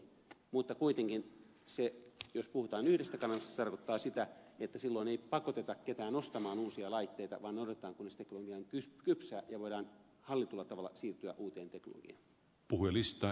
mutta kuitenkin jos puhutaan yhdestä kanavasta se tarkoittaa sitä että silloin ei pakoteta ketään ostamaan uusia laitteita vaan odotetaan kunnes teknologia on kypsä ja voidaan hallitulla tavalla siirtyä uuteen teknologiaan